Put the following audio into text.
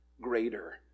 Greater